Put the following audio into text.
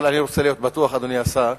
אבל אני רוצה להיות בטוח, אדוני השר,